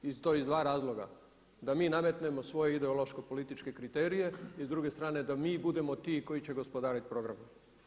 I to iz dva razloga da mi nametnemo svoje ideološko-političke kriterije i s druge strane da mi budemo ti koji će gospodariti programom.